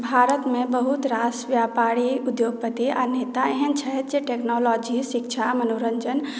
भारत मे बहुत रास व्यापारी उद्योगपति आ नेता एहन छथि जे टेक्नोलॉजी शिक्षा मनोरञ्जन